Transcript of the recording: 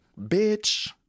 Bitch